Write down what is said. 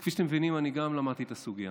כפי שאתם מבינים, גם אני למדתי את הסוגיה.